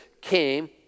came